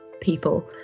people